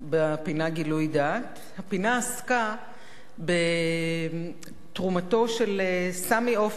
בפינה "גילוי דעת" הפינה עסקה בתרומתו של סמי עופר,